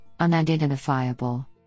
unidentifiable